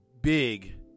big